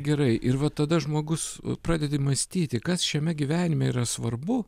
gerai ir va tada žmogus pradedi mąstyti kas šiame gyvenime yra svarbu